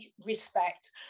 respect